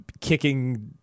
kicking